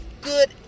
good